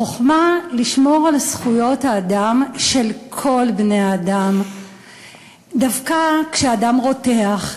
החוכמה היא לשמור על זכויות האדם של כל בני-האדם דווקא כשהדם רותח,